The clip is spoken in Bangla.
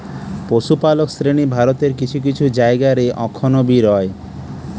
পশুপালক শ্রেণী ভারতের কিছু কিছু জায়গা রে অখন বি রয়